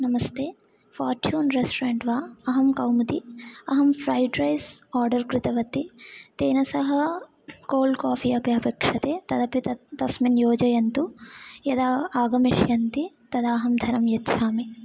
नमस्ते fortune restaurant वा अहं कौमुदी अहं फ्रैड् रैस् आर्डर् कृतवती तेन सह कोल्ड् काफ़ि अपि अपेक्ष्यते तदपि तस्मिन् योजयन्तु यदा आगमिष्यन्ति तदाहं धनं यच्छामि